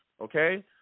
okay